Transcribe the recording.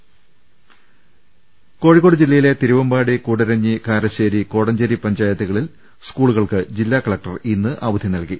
്് കോഴിക്കോട് ജില്ലയിലെ തിരുവമ്പാടി കൂടരഞ്ഞി കാരശ്ശേരി കോടഞ്ചേരി പഞ്ചായത്തുകളിലെ സ്കൂളുകൾക്ക് ജില്ലാ കലക്ടർ ഇന്ന് അവധി നൽകി